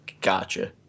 Gotcha